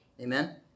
Amen